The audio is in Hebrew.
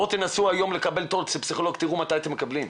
בואו תנסו היום לקבל תור אצל פסיכולוג ותראו מתי אתם מקבלים.